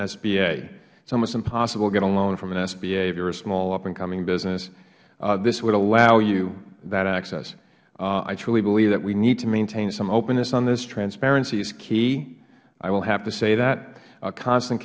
sba it's almost impossible to get a loan from an sba for a small upandcoming business this would allow you that access i truly believe that we need to maintain some openness on this transparency is key i will have to say that constant